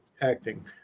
acting